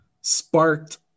sparked